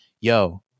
Yo